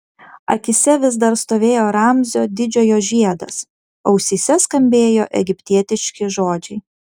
akyse vis dar stovėjo ramzio didžiojo žiedas ausyse skambėjo egiptietiški žodžiai